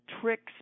tricks